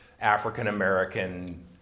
african-american